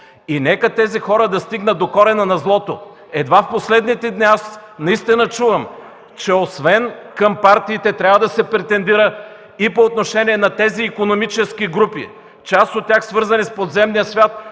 Нека тези хора да стигнат до корена на злото. Едва в последните дни наистина чувам, че освен към партиите трябва да се претендира и по отношение на тези икономически групи – част от тях свързани с подземния свят,